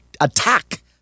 attack